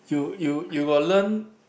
you you you got learn